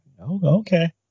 Okay